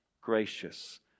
gracious